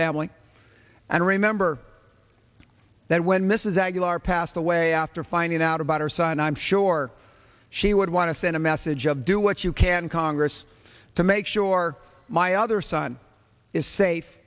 family and remember that when mrs aguilar passed away after finding out about her son i'm sure she would want to send a message of do what you can congress to make sure my other son is safe